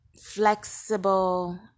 flexible